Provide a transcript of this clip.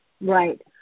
Right